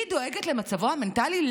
היא דואגת למצבו המנטלי?